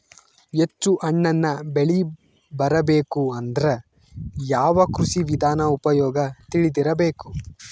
ಹೆಚ್ಚು ಹಣ್ಣನ್ನ ಬೆಳಿ ಬರಬೇಕು ಅಂದ್ರ ಯಾವ ಕೃಷಿ ವಿಧಾನ ಉಪಯೋಗ ತಿಳಿದಿರಬೇಕು?